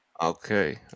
Okay